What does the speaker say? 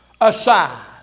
aside